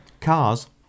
cars